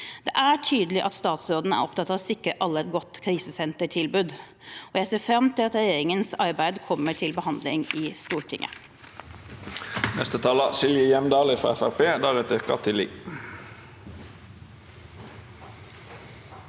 Det er tydelig at statsråden er opptatt av å sikre alle et godt krisesentertilbud, og jeg ser fram til at regjeringens arbeid kommer til behandling i Stortinget.